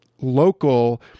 local